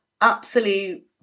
Absolute